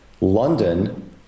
London